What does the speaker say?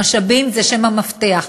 המשאבים זה המפתח.